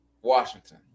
Washington